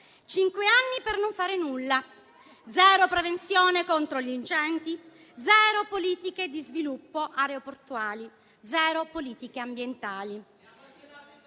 Cinque anni per non fare nulla: zero prevenzione contro gli incendi, zero politiche di sviluppo aeroportuali, zero politiche ambientali.